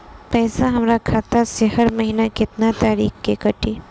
पैसा हमरा खाता से हर महीना केतना तारीक के कटी?